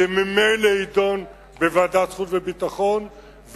זה ממילא יידון בוועדת החוץ והביטחון,